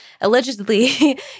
allegedly